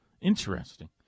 Interesting